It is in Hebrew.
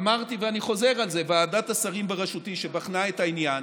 אמרתי ואני חוזר על זה: ועדת השרים בראשותי שבחנה את העניין,